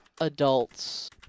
adults